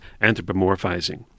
anthropomorphizing